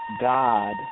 God